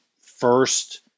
first –